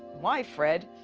why, fred?